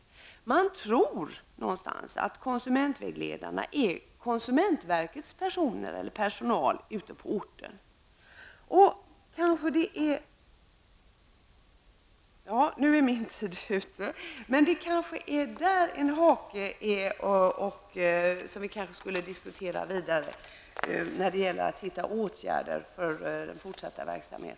Man tror att konsumentvägledarna är konsumentverkets personal ute på orten. Detta kanske är en hake som vi skulle kunna diskutera vidare när det gäller att hitta åtgärder för fortsatt verksamhet.